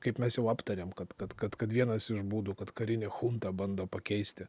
kaip mes jau aptarėm kad kad kad kad vienas iš būdų kad karinė chunta bando pakeisti